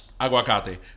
Aguacate